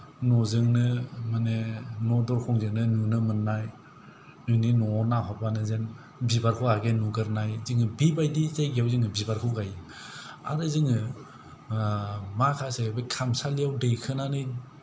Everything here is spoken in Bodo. न'जोंनो माने न' दरखंजोंनो नुनो मोननाय जोंनि न'आव नाहरबानो जेन बिबारखौ आवगाय नुगोरनाय जोंनि बिबायदि जायगायाव जों बिबारखौ गायो आरो जोङो माखासे बे खामसालियाव दैखोनानै